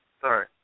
Sorry